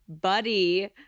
buddy